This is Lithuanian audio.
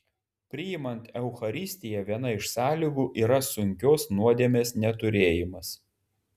priimant eucharistiją viena iš sąlygų yra sunkios nuodėmės neturėjimas